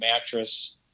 mattress